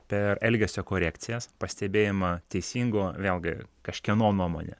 per elgesio korekcijas pastebėjimą teisingo vėlgi kažkieno nuomone